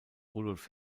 rudolf